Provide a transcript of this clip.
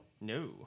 No